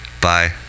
Bye